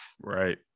Right